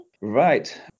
Right